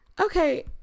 Okay